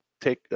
Take